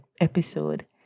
episode